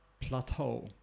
plateau